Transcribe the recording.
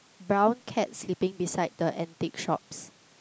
brown cat sleeping beside the antique shops